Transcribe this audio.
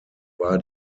war